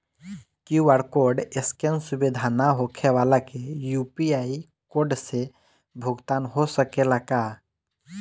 QR code scan सुविधा ना होखे वाला के यू.पी.आई कोड से भुगतान हो सकेला का?